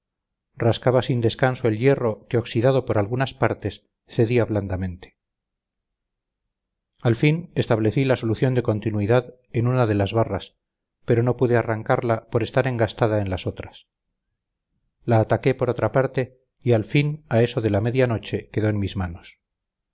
rascaba sin descanso el hierro que oxidado por algunas partes cedía blandamente al fin establecí la solución de continuidad en una de las barras pero no pude arrancarla por estar engastada en las otras la ataqué por otra parte y al fin a eso de la media noche quedó en mis manos